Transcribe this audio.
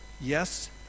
yes